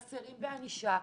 חסרים בענישה,